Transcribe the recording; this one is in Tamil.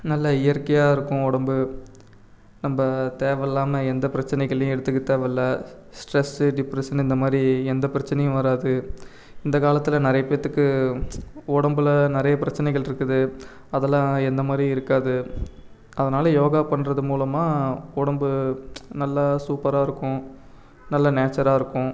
நல்லா இயற்கையாக இருக்கும் உடம்பு நம்ப தேவயில்லாமல் எந்த பிரச்சனகளையும் எடுத்துக்க தேவயில்லை ஸ்ட்ரெஸ்ஸு டிப்ரெஷ்ஷன்னு இந்த மாதிரி எந்த பிரச்சனையும் வராது இந்த காலத்தில் நிறைய பேர்த்துக்கு உடம்பில் நிறைய பிரச்சனைகள் இருக்குது அதெல்லாம் எந்த மாதிரி இருக்காது அதனால் யோகா பண்ணுறது மூலமா உடம்பு நல்ல சூப்பராக இருக்கும் நல்லா நேச்சராக இருக்கும்